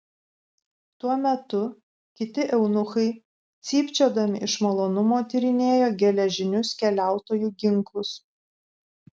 tuo metu kiti eunuchai cypčiodami iš malonumo tyrinėjo geležinius keliautojų ginklus